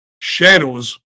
shadows